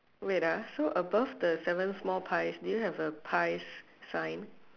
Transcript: wait ah so above the seven small pies do you have a pies sign